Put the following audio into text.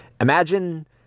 imagine